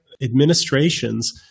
administrations